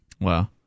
Wow